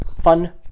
fun